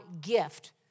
gift